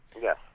Yes